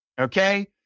okay